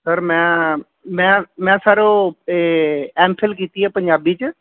sir ਮੈਂ ਮੈਂ ਮੈਂ ਸਰ ਉਹ ਐਮਫਿਲ ਕੀਤੀ ਆ ਪੰਜਾਬੀ 'ਚ